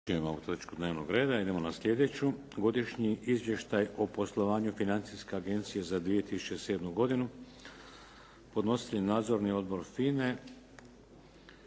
Idemo na sljedeću - Godišnji izvještaj o poslovanju Financijske agencije za 2007. godinu Podnositelj je Nadzorni odbor FINA-e